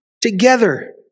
together